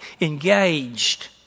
engaged